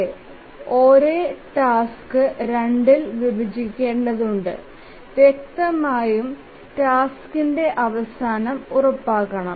അതേ ഒരേ ടാസ്ക് 2ൽ വിഭജിക്കേണ്ടതുണ്ട് വ്യക്തമായും ടാസ്ക്കിന്റെ അവസാനം ഉറപ്പാക്കണം